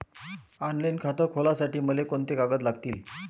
Online खातं खोलासाठी मले कोंते कागद लागतील?